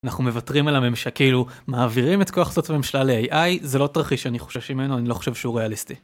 אנחנו מוותרים על הממשלה כאילו מעבירים את כל ההחלטות של הממשלה לAI, זה לא תרחיש שאני חושש ממנו אני לא חושב שהוא ריאליסטי.